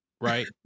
right